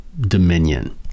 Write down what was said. dominion